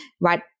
right